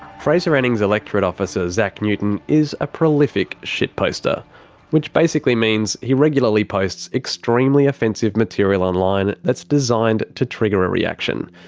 fraser anning's electorate officer zack newton is a prolific shitposter which basically means he regularly posts extremely offensive material online that's designed to trigger a reaction.